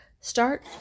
start